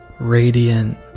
radiant